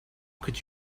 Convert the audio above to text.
could